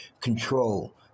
control